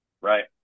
Right